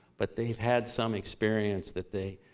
but they've had some experience that they,